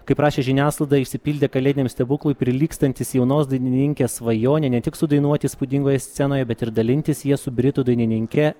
kaip rašė žiniasklaida išsipildė kalėdiniam stebuklui prilygstantis jaunos dainininkės svajonė ne tik sudainuoti įspūdingoje scenoje bet ir dalintis ja su britų dainininke